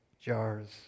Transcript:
jars